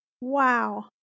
Wow